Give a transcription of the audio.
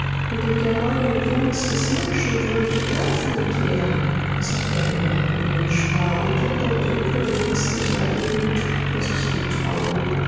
in dem der reine glanz des menschen wohnte da fühlte er daß auch er noch ein mensch war und er konnte in unermeßlicher wehmut vor sich hintrauern